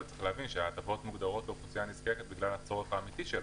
שההטבות מופנות לאוכלוסייה נזקקת בגלל הצורך האמיתי שלה.